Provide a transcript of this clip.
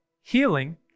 healing